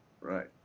Right